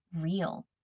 real